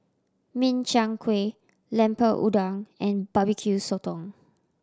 Min Chiang Kueh Lemper Udang and barbecu sotong